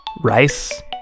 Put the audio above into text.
Rice